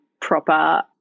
proper